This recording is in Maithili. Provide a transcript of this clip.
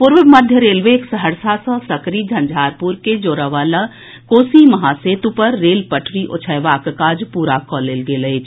पूर्व मध्य रेलवेक सहरसा सँ सकरी झंझारपुर के जोड़य वला कोसी महासेतु पर रेल पटरी ओछयबाक काज पूरा कऽ लेल गेल अछि